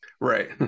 right